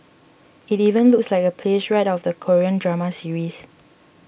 it even looks like a place right out of a Korean drama series